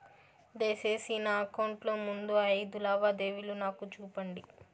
దయసేసి నా అకౌంట్ లో ముందు అయిదు లావాదేవీలు నాకు చూపండి